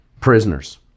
prisoners